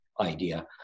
idea